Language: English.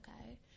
okay